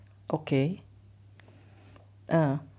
okay err